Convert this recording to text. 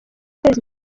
kwezi